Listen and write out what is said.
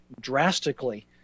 drastically